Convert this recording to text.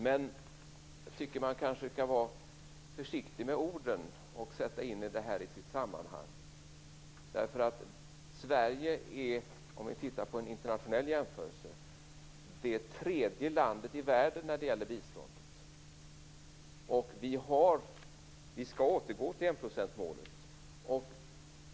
Men jag tycker att man kanske skall vara litet försiktig med orden och sätta in detta i sitt sammanhang. Vid en internationell jämförelse är Sverige nämligen det tredje landet i världen när det gäller biståndet. Vi skall återgå till enprocentmålet.